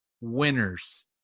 winners